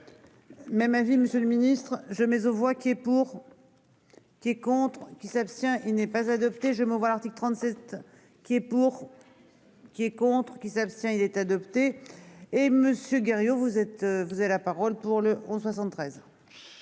Même avis, Monsieur le Ministre, je mets aux voix qui est pour. Qui est contre qui s'abstient. Il n'est pas adopté, je me article 37 qui est pour. Qui est contre qui s'abstient il est adopté. Et Monsieur Guerriau, vous êtes, vous avez la parole pour le 11 73